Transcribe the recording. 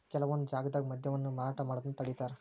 ಕೆಲವೊಂದ್ ಜಾಗ್ದಾಗ ಮದ್ಯವನ್ನ ಮಾರಾಟ ಮಾಡೋದನ್ನ ತಡೇತಾರ